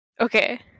Okay